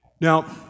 Now